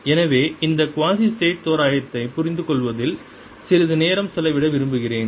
எனவே இந்த குவாசிஸ்டேடிக் தோராயத்தைப் புரிந்துகொள்வதில் சிறிது நேரம் செலவிட விரும்புகிறேன்